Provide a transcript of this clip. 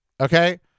Okay